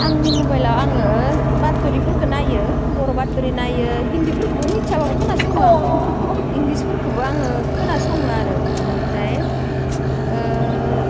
आंनि मबाइलाव आङो बात'रि फोरखो नायो बर' बात'रि नायो हिन्दीफोरखोबो मिथियाब्लाबो खोनासङो आं इंलिसफोरखोबो आङो खोनासङो आरो बिनिफ्राय